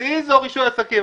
as is או רישוי עסקים?